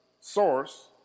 source